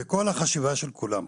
כל החשיבה של כולם פה,